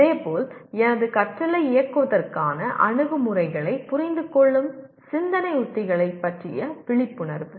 இதேபோல் எனது கற்றலை இயக்குவதற்கான அணுகுமுறைகளைப் புரிந்துகொள்ளும் சிந்தனை உத்திகளைப் பற்றிய விழிப்புணர்வு